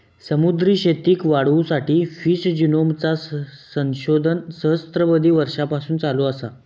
समुद्री शेतीक वाढवुसाठी फिश जिनोमचा संशोधन सहस्त्राबधी वर्षांपासून चालू असा